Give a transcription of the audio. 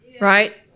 Right